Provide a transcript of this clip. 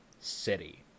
City